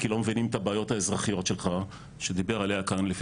כי לא מבינים את הבעיות האזרחיות שלך,